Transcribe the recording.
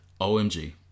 OMG